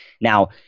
Now